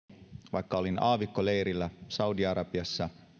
vaikka olin aavikkoleirillä saudi arabiassa